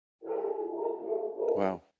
Wow